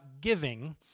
giving